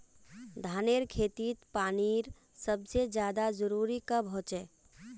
धानेर खेतीत पानीर सबसे ज्यादा जरुरी कब होचे?